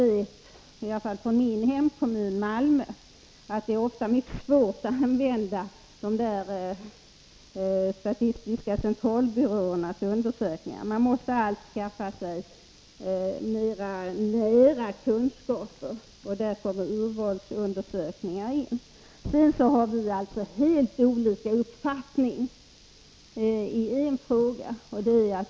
Jag vet från min hemkommun Malmö att det ofta är mycket svårt att använda statistiska centralbyråns Nr 18 undersökningar. Man måste allt skaffa sig mer ”nära” kunskaper, och där kommer urvalsundersökningar in. Sedan har civilministern och jag helt olika uppfattningar i ännu en fråga.